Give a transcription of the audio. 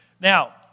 Now